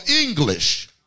English